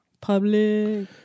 Public